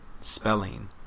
Spelling